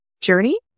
journey